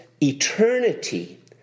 eternity